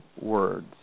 words